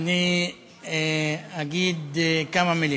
אני אגיד כמה מילים.